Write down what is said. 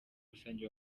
rusange